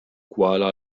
kuala